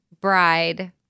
Bride